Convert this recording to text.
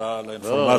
תודה על האינפורמציה.